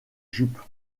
jupes